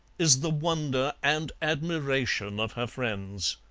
is the wonder and admiration of her friends.